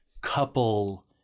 couple